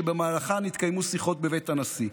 שבמהלכם יתקיימו שיחות בבית הנשיא.